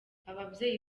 ababyeyi